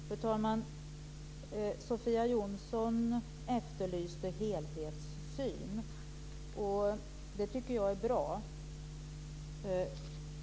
Fru talman! Sofia Jonsson efterlyste helhetssyn. Det tycker jag är bra.